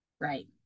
Right